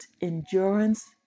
endurance